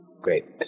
Great